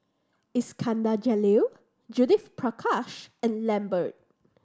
Iskandar Jalil Judith Prakash and Lambert